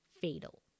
fatal